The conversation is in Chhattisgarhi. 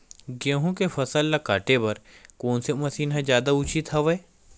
गेहूं के फसल ल काटे बर कोन से मशीन ह जादा उचित हवय?